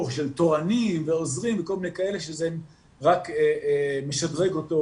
של תורנים ועוזרים וכל מיני דברים כאלה שזה רק משדרג אותו,